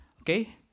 Okay